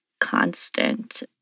constant